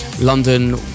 London